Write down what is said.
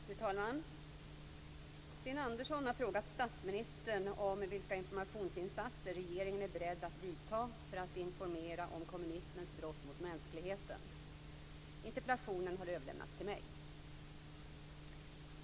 Fru talman! Sten Andersson har frågat statsministern vilka informationsinsatser regeringen är beredd att vidta för att informera om kommunismens brott mot mänskligheten. Interpellationen har överlämnats till mig.